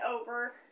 over